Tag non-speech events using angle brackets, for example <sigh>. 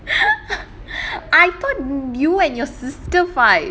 <laughs> I thought you and your sister fight